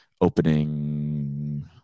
opening